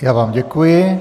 Já vám děkuji.